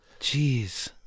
Jeez